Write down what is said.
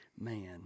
Man